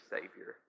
Savior